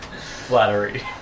flattery